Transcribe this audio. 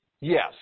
Yes